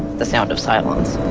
the sound of silence.